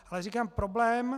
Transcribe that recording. Ale říkám, problém...